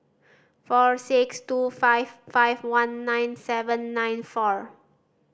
four six two five five one nine seven nine four